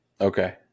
Okay